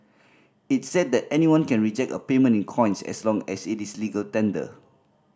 it said that anyone can reject a payment in coins as long as it is legal tender